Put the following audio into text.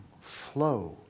flow